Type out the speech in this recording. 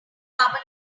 carbon